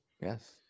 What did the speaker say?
Yes